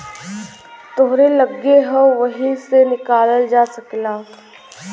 तोहरे लग्गे हौ वही से निकालल जा सकेला